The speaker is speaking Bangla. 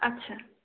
আচ্ছা